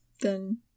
then-